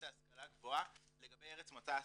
להשכלה גבוהה לגבי ארץ מוצא הסטודנטים.